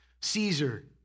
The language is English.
Caesar